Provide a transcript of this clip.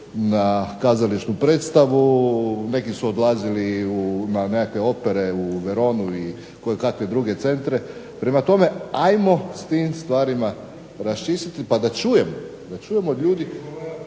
na kazališnu predstavu, neki su odlazili i na nekakve opere u Veronu i kojekakve druge centre. Prema tome, ajmo s tim stvarima raščistiti pa da čujemo od ljudi